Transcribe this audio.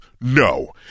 No